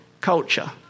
culture